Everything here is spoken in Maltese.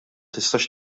tistax